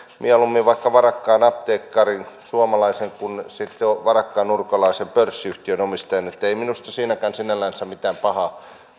vaikka varakkaan suomalaisen apteekkarin kuin sitten varakkaan ulkolaisen pörssiyhtiön omistajan ettei minusta siinäkään sinällänsä mitään pahaa